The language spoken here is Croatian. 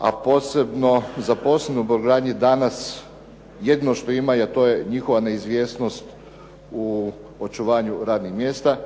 a zaposleni u brodogradnji danas jedino što imaju, a to je njihova neizvjesnost u očuvanju radnih mjesta.